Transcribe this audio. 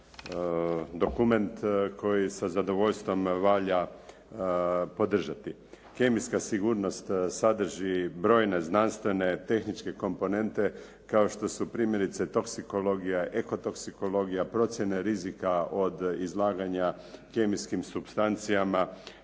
dokument koji sa zadovoljstvom valja podržati. Kemijska sigurnost sadrži brojne znanstvene, tehničke komponente kao što su primjerice toksikologija, ekotoksikologija, procjene rizika od izlaganja kemijskim supstancijama,